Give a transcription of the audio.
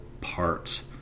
parts